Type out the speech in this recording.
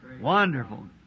Wonderful